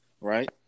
Right